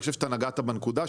אני חושב שאתה נגעת בנקודה,